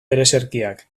ereserkiak